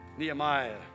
Nehemiah